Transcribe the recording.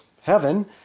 heaven